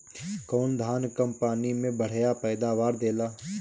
कौन धान कम पानी में बढ़या पैदावार देला?